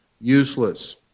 useless